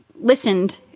listened